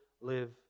live